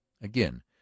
Again